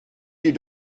you